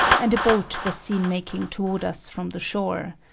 and a boat was seen making toward us from the shore.